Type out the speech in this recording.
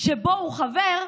שבו הוא חבר,